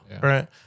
Right